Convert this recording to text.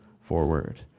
forward